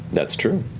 that's true.